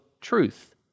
truth